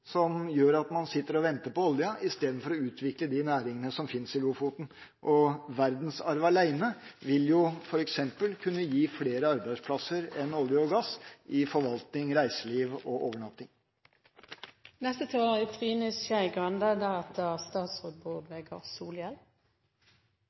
som gjør at man sitter og venter på oljen i stedet for å utvikle de næringene som finnes i Lofoten. Verdensarv alene vil f.eks. kunne gi flere arbeidsplasser i forvaltning, reiseliv og overnatting enn olje og gass.